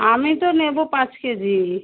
আমি তো নেব পাঁচ কেজি